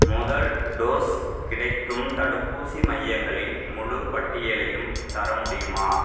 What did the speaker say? முதல் டோஸ் கிடைக்கும் தடுப்பூசி மையங்களின் முழுப் பட்டியலையும் தர முடியுமா